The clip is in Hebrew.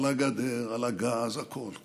על הגדר, על הגז, על הכול,